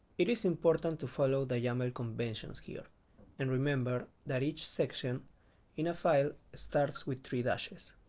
it is important to follow the yaml conventions here and remember that each section in a file starts with three dashes